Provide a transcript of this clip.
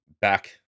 back